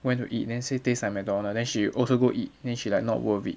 went to eat then say taste like mcdonald then she also go eat then she like not worth it